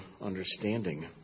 understanding